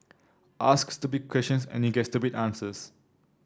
ask stupid questions and you get stupid answers